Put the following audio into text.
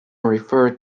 referred